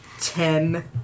ten